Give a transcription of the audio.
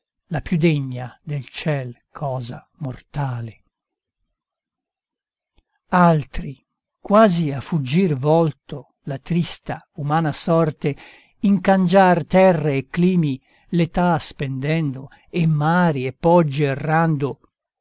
la più degna del ciel cosa mortale altri quasi a fuggir volto la trista umana sorte in cangiar terre e climi l'età spendendo e mari e poggi errando